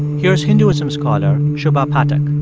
here's hinduism scholar shubha pathak